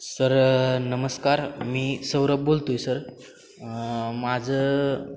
sir नमस्कार मी सौरभ बोलतो आहे सर माझं